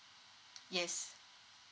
yes